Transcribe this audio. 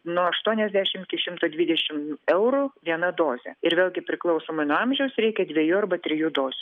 nuo aštuoniasdešimt iki šimto dvidešimt eurų viena dozė ir vėlgi priklausomai nuo amžiaus reikia dviejų arba trijų dozių